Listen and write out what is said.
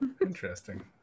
interesting